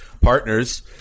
partners –